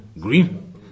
green